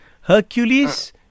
Hercules